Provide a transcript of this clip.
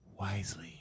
wisely